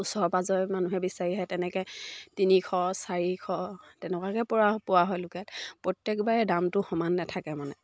ওচৰ পাঁজৰে মানুহে বিচাৰি আহে তেনেকৈ তিনিশ চাৰিশ তেনেকুৱাকৈ পৰা পোৱা হয় লোকেল প্ৰত্যেকবাৰে দামটো সমান নাথাকে মানে